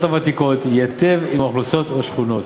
הוותיקות ייטיב עם האוכלוסיות בשכונות